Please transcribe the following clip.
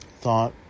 thought